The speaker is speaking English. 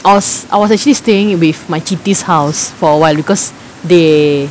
I was I was actually staying with my chithi's house for awhile because they